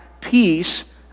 peace